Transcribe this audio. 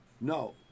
No